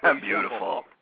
Beautiful